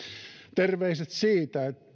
terveiset siitä